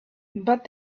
but